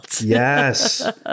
Yes